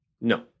no